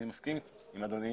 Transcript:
אני מסכים עם אדוני,